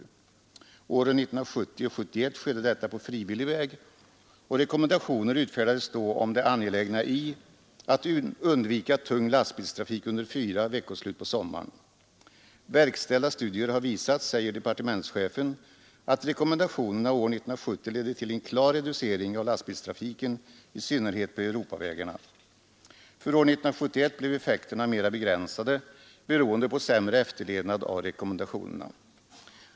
Åren 1970 och 1971 skedde detta på frivillig väg, och rekommendationer utfärdades då om det angelägna i att undvika tung lastbilstrafik under fyra veckoslut på sommaren. Verkställda studier har visat, säger departementschefen, att rekommendationerna år 1970 ledde till en klar reducering av lastbilstrafiken, i synnerhet på Europavägarna. För år 1971 blev effekterna mera begränsade, beroende på sämre efterlevnad av rekommendationerna.